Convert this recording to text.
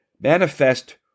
Manifest